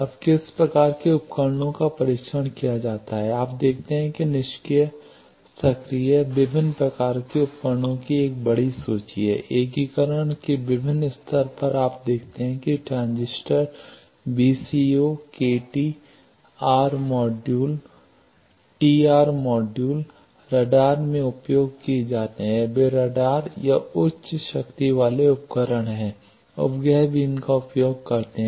अब किस प्रकार के उपकरणों का परीक्षण किया जाता है आप देखते हैं कि निष्क्रिय सक्रिय विभिन्न प्रकार के उपकरणों की एक बड़ी सूची है एकीकरण के विभिन्न स्तर आप देखते हैं कि ट्रांजिस्टर VCO के T R module T R module radar में उपयोग किए जाते हैं वे रडार या उच्च शक्ति वाले उपकरण हैं उपग्रह भी इनका उपयोग करते हैं